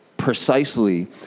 precisely